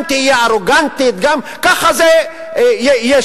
גם תהיה ארוגנטית,